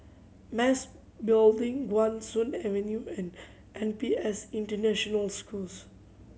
Mas Building Guan Soon Avenue and N P S International School